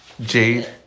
jade